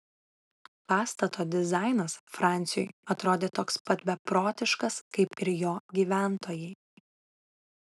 pastato dizainas franciui atrodė toks pat beprotiškas kaip ir jo gyventojai